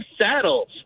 Saddles